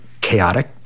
chaotic